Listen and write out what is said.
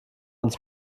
uns